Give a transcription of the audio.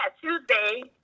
Tuesday